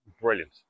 brilliant